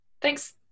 Thanks